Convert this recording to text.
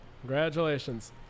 congratulations